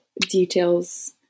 details